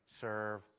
serve